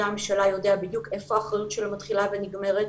הממשלה יודע בדיוק איפה האחריות שלו מתחילה ונגמרת,